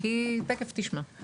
כי תכף תשמע.